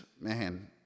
man